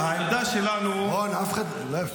העמדה שלנו --- רון, לא יפה.